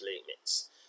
limits